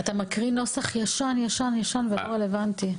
אתה מקריא נוסח ישן ולא רלוונטי.